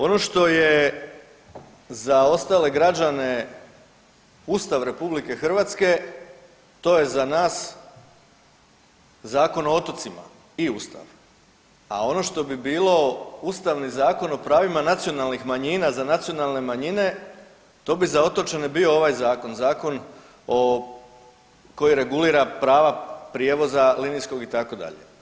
Ono što je za ostale građane Ustav RH to je za nas Zakon o otocima i ustav, a ono što bi bilo Ustavni zakon o pravima nacionalnih manjina za nacionalne manjine to bi za otočane bio ovaj zakon, zakon o, koji regulira prava prijevoza linijskog itd.